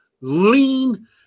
lean